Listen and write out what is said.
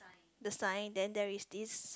the sign then there is this